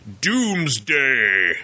Doomsday